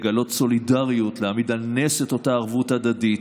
לגלות סולידריות להעמיד על נס את אותה ערבות הדדית.